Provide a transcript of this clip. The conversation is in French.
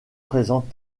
présente